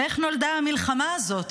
ואיך נולדה המלחמה הזאת?